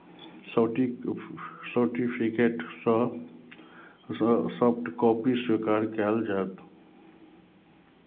सर्टि सर्टिफिकेटसँ सॉ soft copy स्वीकार कयल जायत